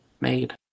made